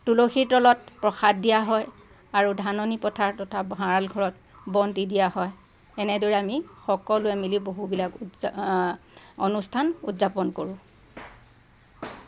তুলসীৰ তলত প্ৰসাদ দিয়া হয় আৰু ধাননি পথাৰ তথা ভঁৰাল ঘৰত বন্তি দিয়া হয় এনেদৰে আমি সকলোৱে মিলি বহুবিলাক অনুষ্ঠান উদযাপন কৰোঁ